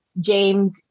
James